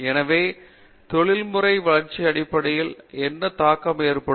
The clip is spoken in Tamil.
எனவே தொழில்முறை வளர்ச்சி அடிப்படையில் என்ன தாக்கம் ஏற்படும்